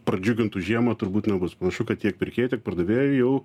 pradžiugintų žiemą turbūt nebus panašu kad tiek pirkėjai tiek pardavėjai jau